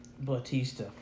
Batista